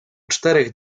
tych